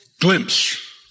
glimpse